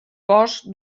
boscs